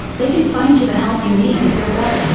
they can find you the help you need to feel better.